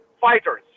fighters